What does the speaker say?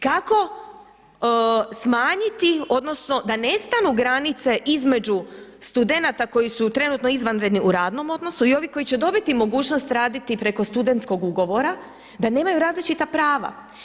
Kako smanjiti odnosno da nestanu granice između studenata koji su trenutno izvanredni u radnom odnosu i ovi koji će dobiti mogućnost raditi preko studentskog ugovora da nemaju različita prava?